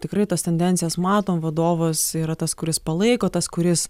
tikrai tas tendencijas matom vadovas yra tas kuris palaiko tas kuris